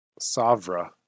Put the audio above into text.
Savra